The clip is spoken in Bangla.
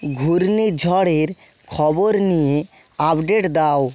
ঘূর্ণিঝড়ের খবর নিয়ে আপডেট দাও